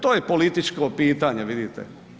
To je političko pitanje, vidite.